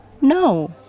No